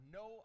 no